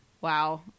Wow